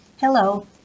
Hello